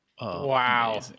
Wow